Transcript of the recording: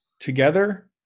together